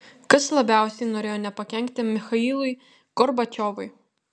kas labiausiai norėjo nepakenkti michailui gorbačiovui